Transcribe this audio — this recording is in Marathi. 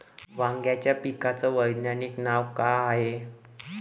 वांग्याच्या पिकाचं वैज्ञानिक नाव का हाये?